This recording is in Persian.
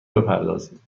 بپردازید